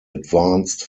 advanced